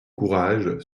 courage